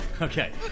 Okay